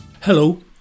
Hello